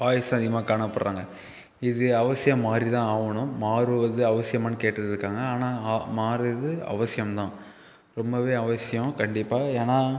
boys தான் அதிகமாக காணப்படுறாங்க இது அவசியம் மாரி தான் ஆவணும் மாறுவது அவசியமான்னு கேட்டுட்டுருக்காங்க ஆனால் மாறுறது அவசியம் தான் ரொம்பவே அவசியம் கண்டிப்பாக ஏன்னா